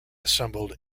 assembled